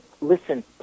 listen